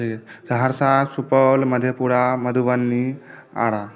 Saharsa Supaul Madhepura Madhubani Ara